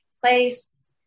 place